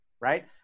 right